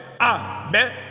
Amen